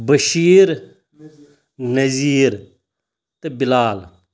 بٔشیٖر نظیٖر تہٕ بِلال